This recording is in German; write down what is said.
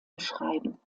beschreiben